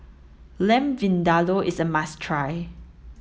Lamb Vindaloo is a must try